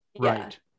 Right